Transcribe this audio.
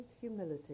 humility